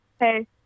Hey